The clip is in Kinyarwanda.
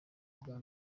bwa